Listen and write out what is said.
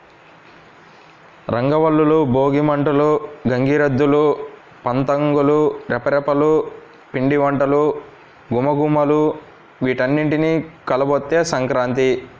రంగవల్లులు, భోగి మంటలు, గంగిరెద్దులు, పతంగుల రెపరెపలు, పిండివంటల ఘుమఘుమలు వీటన్నింటి కలబోతే సంక్రాంతి